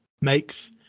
makes